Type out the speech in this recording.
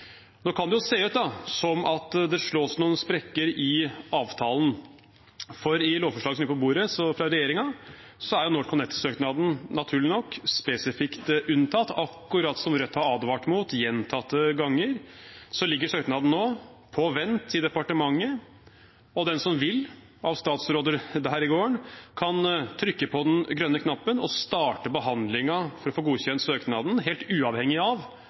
Nå kan det se ut til at det slås noen sprekker i avtalen, for i lovforslaget som ligger på bordet fra regjeringen, er NorthConnect-søknaden, naturlig nok, spesifikt unntatt. Akkurat som Rødt har advart mot gjentatte ganger, ligger søknaden nå på vent i departementet, og den som vil av statsråder der i gården, kan trykke på den grønne knappen og starte behandlingen for å få godkjent søknaden, helt uavhengig av lovendringen som vedtas i Stortinget. Derfor kommer det et eget forslag fra Arbeiderpartiet til behandlingen av